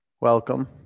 welcome